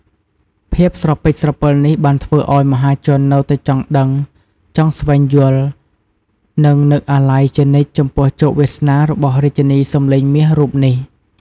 ភាពស្រពេចស្រពិលនេះបានធ្វើឲ្យ មហាជននៅតែចង់ដឹង ចង់ស្វែងយល់ និងនឹកអាល័យជានិច្ចចំពោះជោគវាសនារបស់រាជិនីសំឡេងមាសរូបនេះ។